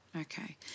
Okay